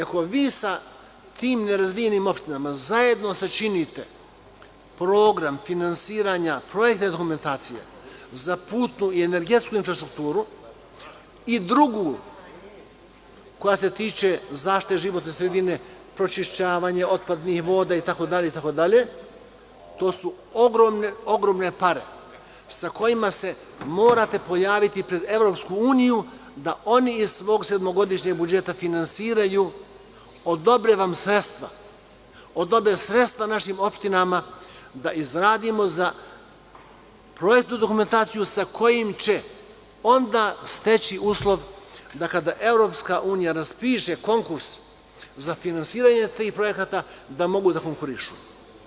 Ako vi sa tim nerazvijenim opštinama zajedno sačinite program finansiranja projektne dokumentacije za putnu i energetsku infrastrukturu i drugu koja se tiče zaštite životne sredine, pročišćavanje otpadnih voda itd, to su ogromne pare sa kojima se morate pojaviti pred EU, da oni iz svog sedmogodišnjeg budžeta finansiraju, odobre vam sredstva, odobre sredstva naših opštinama da izradimo projektnu dokumentaciju sa kojom će onda steći uslov da, kada Evropska unija raspiše konkurs za finansiranje tih projekta, mogu da konkurišu.